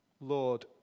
Lord